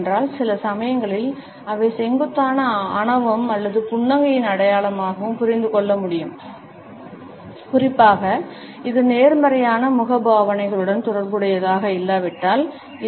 ஏனென்றால் சில சமயங்களில் அவை செங்குத்தான ஆணவம் அல்லது புன்னகையின் அடையாளமாகவும் புரிந்து கொள்ள முடியும் குறிப்பாக இது நேர்மறையான முகபாவனைகளுடன் தொடர்புடையதாக இல்லாவிட்டால் இதை காணலாம்